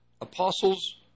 Apostles